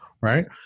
Right